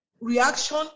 reaction